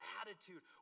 attitude